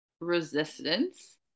resistance